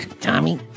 Tommy